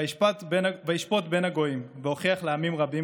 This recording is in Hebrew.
"ושפט בין הגוים והוכיח לעמים רבים